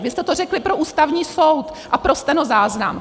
Vy jste to řekli pro Ústavní soud a pro stenozáznam!